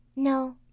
No